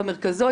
במרכזו,